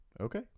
Okay